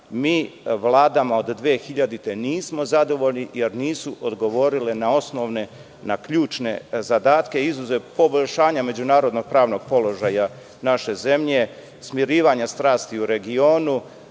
mi vladama od 2000. godine nismo zadovoljni jer nisu odgovorile na osnovne, na ključne zadatke, izuzev poboljšanja međunarodnog pravnog položaja naše zemlje, smirivanja strasti u regionu,